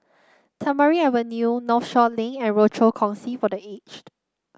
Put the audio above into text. Tamarind Avenue Northshore Link and Rochor Kongsi for The Aged